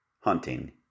hunting